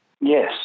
Yes